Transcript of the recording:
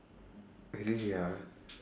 really ah